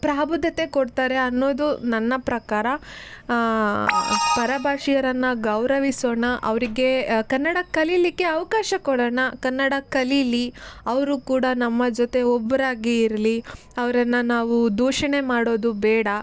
ಪ್ರಬುದ್ಧತೆ ಕೊಡ್ತಾರೆ ಅನ್ನೋದು ನನ್ನ ಪ್ರಕಾರ ಪರಭಾಷೀಯರನ್ನು ಗೌರವಿಸೋಣ ಅವರಿಗೆ ಕನ್ನಡ ಕಲೀಲಿಕ್ಕೆ ಅವಕಾಶ ಕೊಡೋಣ ಕನ್ನಡ ಕಲೀಲಿ ಅವರು ಕೂಡ ನಮ್ಮ ಜೊತೆ ಒಬ್ಬರಾಗಿ ಇರಲಿ ಅವರನ್ನ ನಾವು ದೂಷಣೆ ಮಾಡೋದು ಬೇಡ